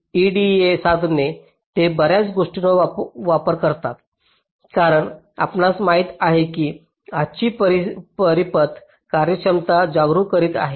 आधुनिक EDA साधने ते बर्याच गोष्टींचा वापर करतात कारण आपणास माहित आहे की आजची परिपथ कार्यक्षमता जागरूक करीत आहेत